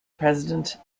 president